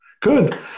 Good